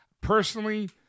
Personally